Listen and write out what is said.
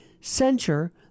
censure